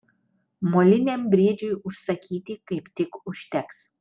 moliniam briedžiui užsakyti kaip tik užteks